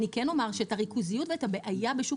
אני כן אומר שאת הריכוזיות ואת הבעיה בשוק